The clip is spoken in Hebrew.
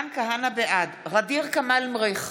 בעד ע'דיר כמאל מריח,